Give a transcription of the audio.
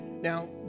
Now